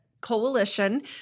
coalition